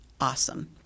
awesome